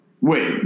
Wait